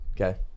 Okay